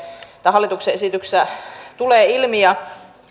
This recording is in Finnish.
tai hallituksen esityksestä tulee ilmi